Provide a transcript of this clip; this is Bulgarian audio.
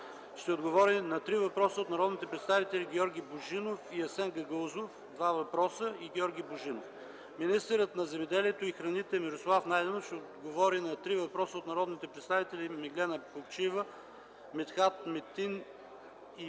ще отговори на три въпроса от народните представители Георги Божинов и Асен Гагаузов, и Георги Божинов; - министърът на земеделието и храните Мирослав Найденов ще отговори на три въпроса от народните представители Меглена Плугчиева, Митхат Метин и Пенко